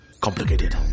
complicated